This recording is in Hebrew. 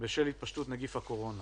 בשל התפשטות נגיף הקורונה.